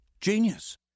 Genius